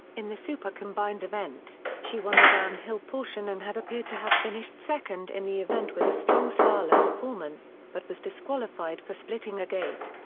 in the super combined event, she won the downhill portion and had appeared to have finished second in the event with a strong slalom performance, but was disqualified for splitting a gate.